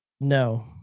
No